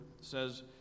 says